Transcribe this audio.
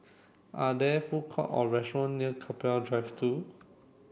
are there food court or restaurant near Keppel Drive two